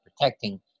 protecting